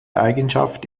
eigenschaft